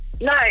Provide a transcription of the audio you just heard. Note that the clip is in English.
No